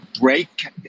break